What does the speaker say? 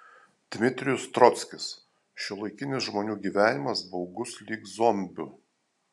dmitrijus trockis šiuolaikinis žmonių gyvenimas baugus lyg zombių